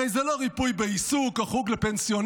הרי זה לא ריפוי בעיסוק או חוג לפנסיונרים.